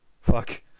Fuck